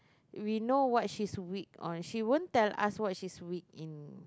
we know what she's weak on she won't tell us what she's weak in